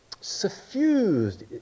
suffused